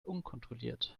unkontrolliert